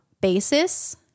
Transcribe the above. basis